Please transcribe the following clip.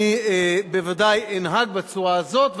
אני בוודאי אנהג בצורה הזאת.